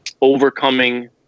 overcoming